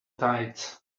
tides